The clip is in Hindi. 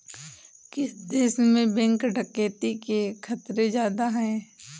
किस देश में बैंक डकैती के खतरे ज्यादा हैं?